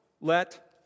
let